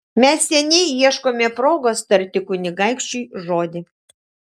mes seniai ieškome progos tarti kunigaikščiui žodį